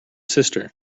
sister